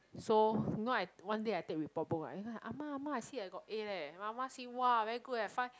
so you know I one day I take report book right ah ma ah ma see I got A leh my ah ma see say !wah! very good eh five